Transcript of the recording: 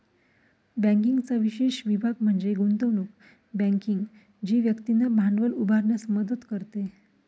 बँकिंगचा विशेष विभाग म्हणजे गुंतवणूक बँकिंग जी व्यक्तींना भांडवल उभारण्यास मदत करते